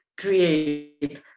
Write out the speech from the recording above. create